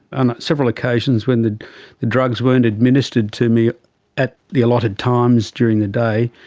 on several occasions when the the drugs weren't administered to me at the allotted times during the day,